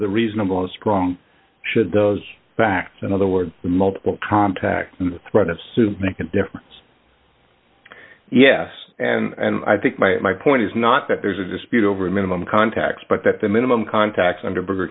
the reasonable and strong should those facts in other words the multiple contact the threat of soup make a difference yes and i think my my point is not that there's a dispute over a minimum contact but that the minimum contact under burger